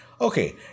Okay